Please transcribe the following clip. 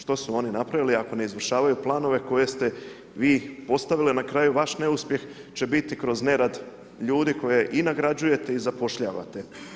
Što su oni napravili ako ne izvršavaju planove koje ste vi postavili, na kraju vaš neuspjeh će biti kroz nerad ljudi koje i nagrađujete i zapošljavate.